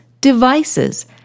devices